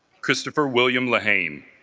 christopher william lehane